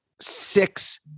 six